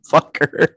Fucker